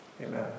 Amen